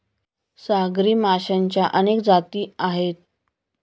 सागरी माशांच्या अनेक जाती आहेत